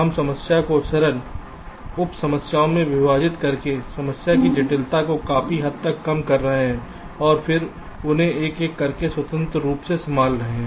हम समस्या को सरल उप उप समस्याओं में विभाजित करके समस्या की जटिलता को काफी हद तक कम कर रहे हैं और फिर उन्हें एक एक करके स्वतंत्र रूप से संभाल रहे हैं